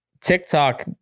TikTok